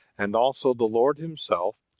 and also the lord himself,